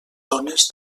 zones